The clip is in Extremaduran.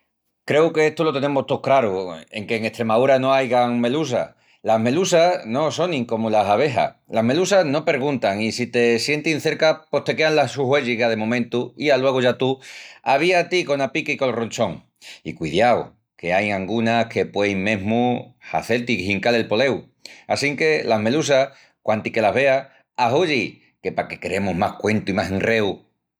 Creu que estu lo tenemus tous craru, enque en Estremaúra no aigan melusas. Las melusas no sonin comu las abejas. Las melusas no perguntan i si te sientin cerca pos te quean la su huélliga de momentu i alogu ya tú, avía-ti cona pica i col ronchón. I cuidiau que ain angunas que puein mesmu hazel-ti hincal el poleu. Assinque, las melusas, quantis que las veas, ahuyi, que pa qué queremus más cuentu i más enreu!